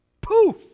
Poof